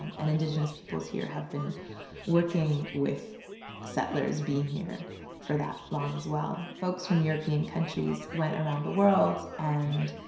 um and indigenous peoples here have been working with settlers being here for that long as well. folks from european countries went around the world and